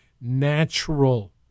natural